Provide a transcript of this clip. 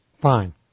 fine